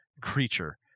creature